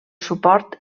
suport